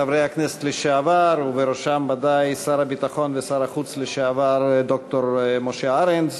חברי הכנסת לשעבר ובראשם ודאי שר הביטחון ושר החוץ לשעבר ד"ר משה ארנס,